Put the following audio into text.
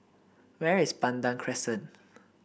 where is Pandan Crescent